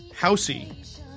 housey